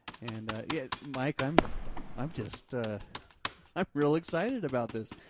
and yeah, mike, i'm i'm just i'm real excited about this.